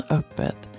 öppet